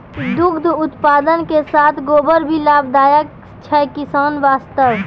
दुग्ध उत्पादन के साथॅ गोबर भी लाभदायक छै किसान वास्तॅ